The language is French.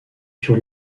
sur